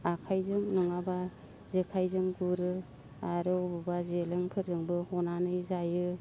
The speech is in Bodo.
आखाइजों नङाब्ला जेखाइजों गुरो आरो अबावबा जेफोरजोंबो हनानै जायो